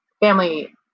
family